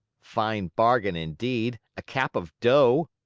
fine bargain, indeed! a cap of dough!